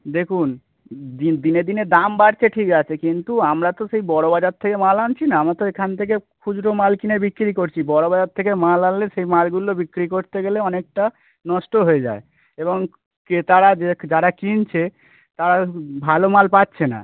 দেখুন দিন দিনে দাম বাড়ছে ঠিক আছে কিন্তু আমরা তো সেই বড়বাজার থেকে মাল আনছি না আমরা তো এখান থেকে খুচরো মাল কিনে বিক্রি করছি বড়বাজার থেকে মাল আনলে সেই মালগুলো বিক্রি করতে গেলে অনেকটা নষ্ট হয়ে যায় এবং ক্রেতারা যে যারা কিনছে তারা ভালো মাল পাচ্ছে না